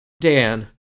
Dan